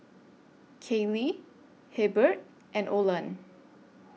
Kayli Hebert and Olan